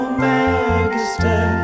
magister